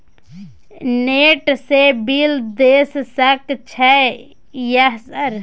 Net से bill देश सक छै यह सर?